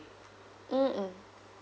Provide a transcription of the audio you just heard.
mm mm